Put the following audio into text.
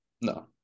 No